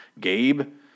Gabe